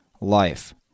life